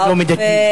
לא מידתי.